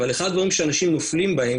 אבל אחד הדברים שאנשים נופלים בהם,